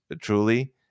truly